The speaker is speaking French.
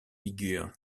figurent